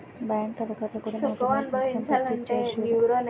bank అధికారులు కూడా note మీద సంతకం పెట్టి ఇచ్చేరు చూడు